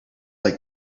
like